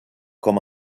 com